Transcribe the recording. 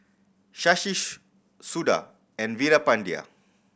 Shashi Suda and Veerapandiya